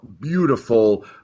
beautiful